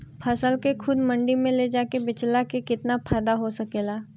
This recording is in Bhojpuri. फसल के खुद मंडी में ले जाके बेचला से कितना फायदा हो सकेला?